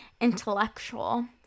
intellectual